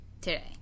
today